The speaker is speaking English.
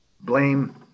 blame